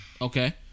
Okay